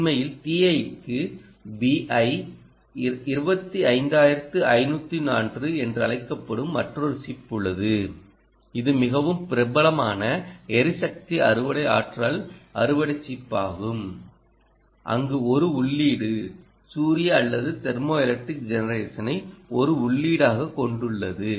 உண்மையில் TI க்கு BQ 25504 என்று அழைக்கப்படும் மற்றொரு சிப் உள்ளது இது மிகவும் பிரபலமான எரிசக்தி அறுவடை ஆற்றல் அறுவடை சிப் ஆகும் அங்கு ஒரு உள்ளீடு சூரிய அல்லது தெர்மோஎலக்ட்ரிக் ஜெனரேஷனை ஒரு உள்ளீடாகக் கொண்டுள்ளது